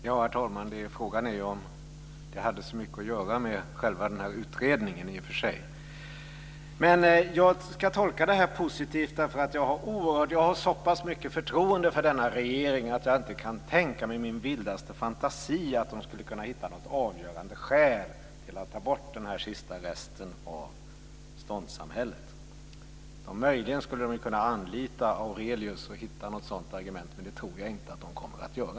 Herr talman! Frågan är om det hade så mycket med utredningen att göra. Jag ska tolka detta positivt. Jag har så pass mycket förtroende för denna regering att jag inte ens i min vildaste fantasi kan tänka mig att de skulle kunna hitta något avgörande skäl till att ta bort den sista resten av ståndssamhället. Möjligen skulle de kunna anlita Aurelius för att hitta något sådant argument, men det tror jag inte att de kommer att göra.